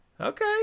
Okay